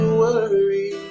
worry